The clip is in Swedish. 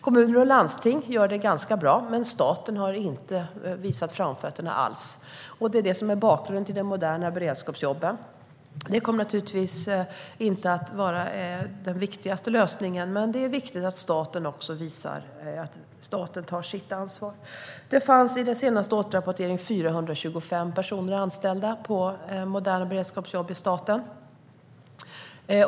Kommuner och landsting gör det ganska bra, men staten har inte visat framfötterna alls. Det är detta som är bakgrunden till de moderna beredskapsjobben. Det kommer naturligtvis inte att vara den viktigaste lösningen, men det är viktigt att staten också tar sitt ansvar. Enligt den senaste återrapporteringen fanns det 425 personer anställda på moderna beredskapsjobb i staten.